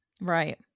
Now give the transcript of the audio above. Right